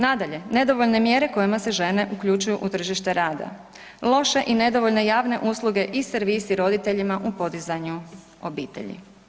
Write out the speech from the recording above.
Nadalje, nedovoljne mjere kojima se žene uključuju u tržište rada, loše i nedovoljne javne usluge i servisi roditeljima u podizanju obitelji.